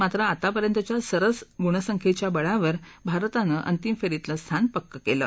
मात्र आतापर्यंतच्या सरस गुणसंख्यच्या बळावर भारतानं अंतिम फ्रींतलं स्थान पक्क कलि